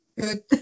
Good